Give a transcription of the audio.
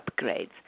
upgrades